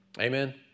Amen